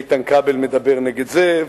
איתן כבל מדבר נגד זה,